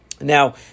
Now